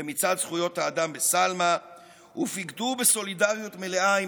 במצעד זכויות האדם בסלמה ופיקדו בסולידריות מלאה עם